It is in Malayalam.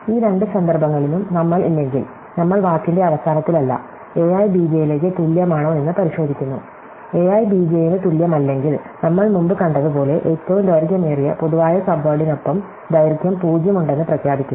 ഈ രണ്ട് സന്ദർഭങ്ങളിലും നമ്മൾ ഇല്ലെങ്കിൽ നമ്മൾ വാക്കിന്റെ അവസാനത്തിലല്ല a i bj ലേക്ക് തുല്യമാണോ എന്ന് പരിശോധിക്കുന്നു ai bj ന് തുല്യമല്ലെങ്കിൽ നമ്മൾ മുമ്പ് കണ്ടതുപോലെ ഏറ്റവും ദൈർഘ്യമേറിയ പൊതുവായ സബ്വേഡിനൊപ്പം ദൈർഘ്യം 0 ഉണ്ടെന്ന് പ്രഖ്യാപിക്കുന്നു